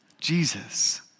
Jesus